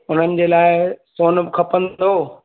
उन्हनि जे लाइ सोन खपंदो